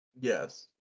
Yes